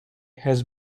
has